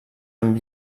amb